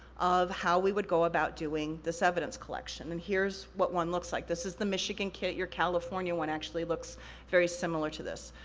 of how we would go about doing this evidence collection. and here's what one looks like. this is the michigan kit, your california one actually looks very similar to this.